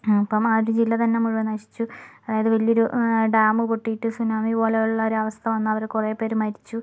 ഇപ്പം ആ ഒരു ജില്ല തന്നെ മുഴുവൻ നശിച്ചു അതായത് വലിയൊരു ഡാമ് പൊട്ടിയിട്ട് സുനാമി പോലെ ഉള്ളൊരവസ്ഥ വന്നു അവർ കുറേ പേര് മരിച്ചു